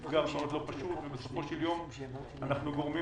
אתגר מאוד לא פשוט ובסופו של יום אנחנו גורמים